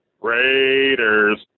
Raiders